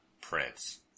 Prince